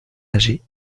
âgées